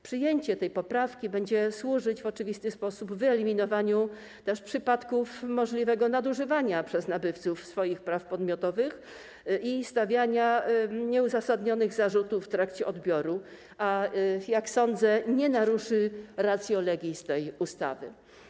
Przyjęcie tej poprawki będzie służyć też w oczywisty sposób wyeliminowaniu przypadków możliwego nadużywania przez nabywców swoich praw podmiotowych i stawiania nieuzasadnionych zarzutów w trakcie odbioru, a jak sądzę, nie naruszy ratio legis tej ustawy.